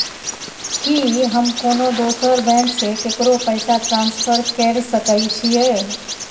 की हम कोनो दोसर बैंक से केकरो पैसा ट्रांसफर कैर सकय छियै?